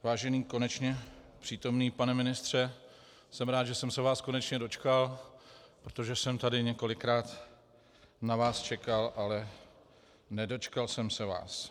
Vážený, konečně přítomný, pane ministře, jsem rád, že jsem se vás konečně dočkal, protože jsem tady několikrát na vás čekal, ale nedočkal jsem se vás.